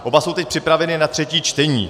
Oba jsou teď připraveny na třetí čtení.